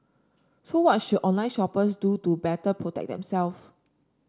so what should online shoppers do to better protect themselves